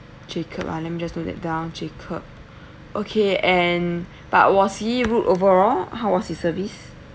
jacob ah let me just note that down jacob okay and but was he rude overall how was his service